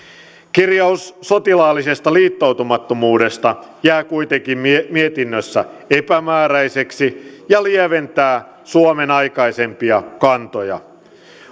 kirjaus sotilaallisesta liittoutumattomuudesta jää kuitenkin mietinnössä epämääräiseksi ja lieventää suomen aikaisempia kantoja